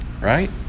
Right